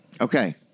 Okay